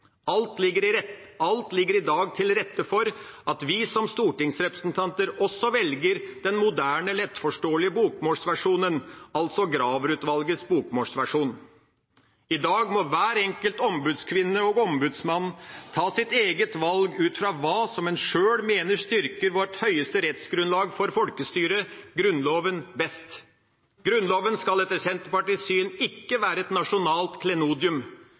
Alt ligger i dag til rette for at vi som stortingsrepresentanter også velger den moderne lettforståelige bokmålsversjonen, altså Graver-utvalgets bokmålsversjon. I dag må hver enkelt ombudskvinne og ombudsmann ta sitt eget valg ut fra hva en sjøl mener styrker vårt høyeste rettsgrunnlag for folkestyre, Grunnloven, best. Grunnloven skal etter Senterpartiets syn ikke være et nasjonalt klenodium.